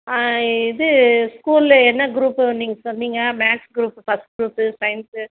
ஆ இது ஸ்கூலில் என்ன க்ரூப்பு நீங்கள் சொன்னீங்க maths group first group science